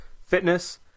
fitness